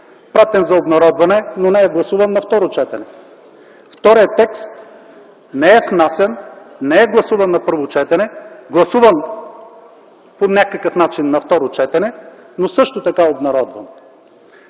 пратен е за обнародване, но не е гласуван на второ четене. Вторият текст не е внасян, не е гласуван на първо четене, гласуван е по някакъв начин на второ четене, но също така е обнародван.